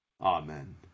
Amen